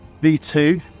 V2